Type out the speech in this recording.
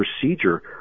procedure